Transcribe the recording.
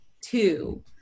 two